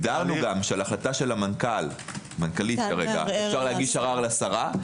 הגדרנו גם שעל החלטה של המנכ"ל אפשר ערר לשרה,